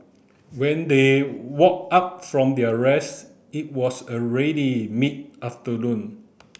when they woke up from their rest it was already mid afternoon